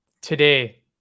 today